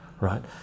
right